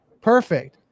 perfect